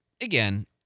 again